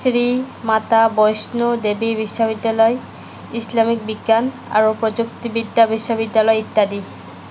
শ্ৰী মাতা বৈষ্ণো দেৱী বিশ্ববিদ্যালয় ইছলামিক বিজ্ঞান আৰু প্ৰযুক্তিবিদ্যা বিশ্ববিদ্যালয় ইত্যাদি